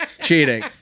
cheating